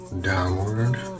downward